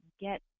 get